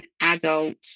adult